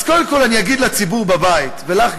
אז קודם כול אני אגיד לציבור בבית ולך,